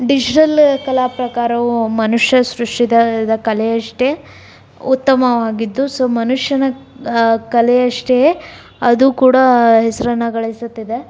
digital ಕಲಾಪ್ರಕಾರವು ಮನುಷ್ಯ ಸೃಷ್ಟಿಸಿದ ದ ಕಲೆ ಅಷ್ಟೇ ಉತ್ತಮವಾಗಿದ್ದು ಸೊ ಮನುಷ್ಯನ ಕಲೆಯಷ್ಟೆಯೇ ಅದು ಕೂಡ ಹೆಸರನ್ನು ಗಳಿಸುತ್ತಿದೆ